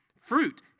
fruit